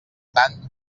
tant